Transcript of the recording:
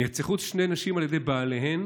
נרצחו שתי נשים על ידי בעליהן,